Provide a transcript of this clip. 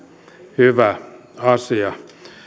hyvä asia